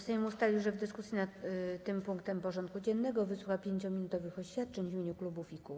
Sejm ustalił, że w dyskusji nad tym punktem porządku dziennego wysłucha 5-minutowych oświadczeń w imieniu klubów i kół.